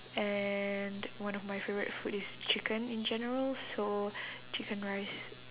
and one of my favourite food is chicken in general so chicken rice